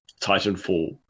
Titanfall